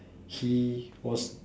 he was